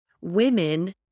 women